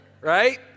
right